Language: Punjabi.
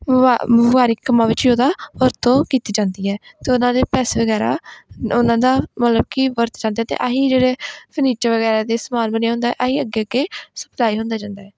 ਵਾ ਵਪਾਰਕ ਕੰਮਾਂ ਵਿੱਚ ਵੀ ਉਹਦਾ ਵਰਤੋਂ ਕੀਤੀ ਜਾਂਦੀ ਹੈ ਅਤੇ ਉਹਨਾਂ ਦੇ ਪੈਸੇ ਵਗੈਰਾ ਉਹਨਾਂ ਦਾ ਮਤਲਬ ਕਿ ਵਰਤੇ ਜਾਂਦੇ ਅਤੇ ਆਹੀ ਜਿਹੜੇ ਫਰਨੀਚਰ ਵਗੈਰਾ ਅਤੇ ਸਮਾਨ ਬਣਿਆ ਹੁੰਦਾ ਇਹੀ ਅੱਗੇ ਅੱਗੇ ਸਪਲਾਈ ਹੁੰਦਾ ਜਾਂਦਾ ਏ